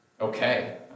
Okay